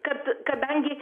kad kadangi